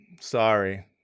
sorry